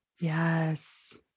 Yes